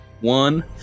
one